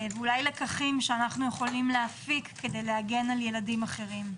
ואולי לקחים שאנו יכולים להפיק כדי להגן על ילדים אחרים.